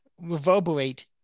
reverberate